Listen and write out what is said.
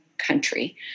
country